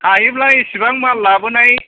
हायोब्ला एसेबां माल लाबोनाय